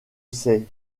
ces